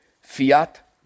fiat